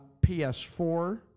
PS4